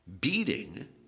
beating